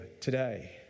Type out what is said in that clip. today